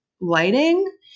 lighting